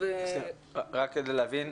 רק כדי להבין.